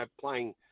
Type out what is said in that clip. playing